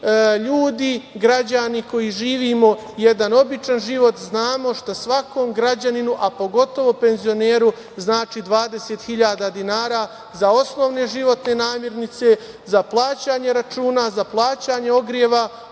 ljudi, građani koji živimo jedan običan život znamo šta svakom građaninu, a pogotovo penzioneru znači 20.000 dinara za osnovne životne namirnice, za plaćanje računa, za plaćanje ogreva,